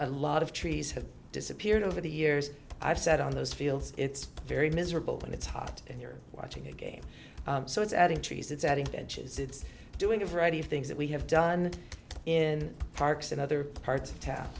a lot of trees have disappeared over the years i've said on those fields it's very miserable when it's hot and you're watching a game so it's adding trees it's adding edges it's doing a variety of things that we have done in parks in other parts of town